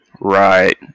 Right